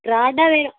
க்ராண்ட்டாக வேணும்